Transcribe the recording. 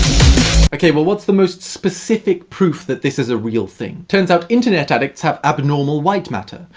okay, well, what's the most specific proof that this is a real thing? turns out, internet addicts have abnormal white matter.